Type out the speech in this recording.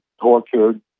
tortured